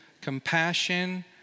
compassion